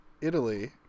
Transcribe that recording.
italy